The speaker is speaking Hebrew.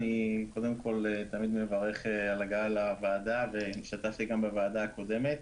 אני תמיד מברך על הגעה לוועדה והשתתפתי גם בוועדה הקודמת.